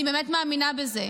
אני באמת מאמינה בזה.